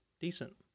decent